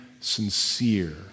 sincere